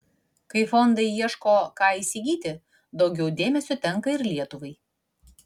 kai fondai ieško ką įsigyti daugiau dėmesio tenka ir lietuvai